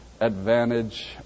advantage